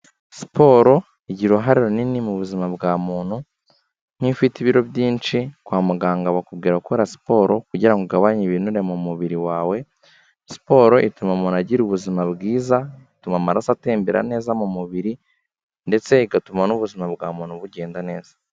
Siporo igira uruhare runini mu buzima bwa muntu, nk'iyo ufite ibiro byinshi, kwa muganga bakubwira gukora siporo kugira ngo ugabanye ibinure mu mubiri wawe, siporo ituma umuntu agira ubuzima bwiza bituma amaraso atembera neza mu mubiri, ndetse igatuma n'ubuzima bwa muntu bugenda neza.